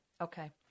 Okay